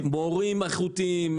מורים איכותיים,